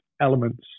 elements